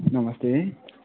नमस्ते